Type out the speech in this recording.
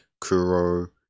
Kuro